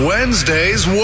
Wednesday's